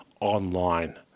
online